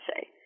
say